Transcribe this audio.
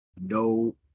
no